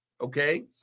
Okay